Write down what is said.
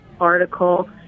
article